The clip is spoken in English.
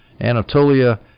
Anatolia